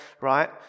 right